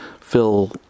Phil